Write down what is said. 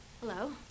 hello